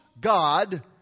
God